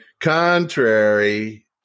contrary